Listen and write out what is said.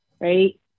right